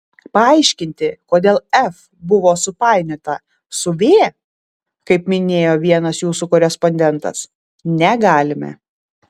paaiškinti kodėl f buvo supainiota su v kaip minėjo vienas jūsų korespondentas negalime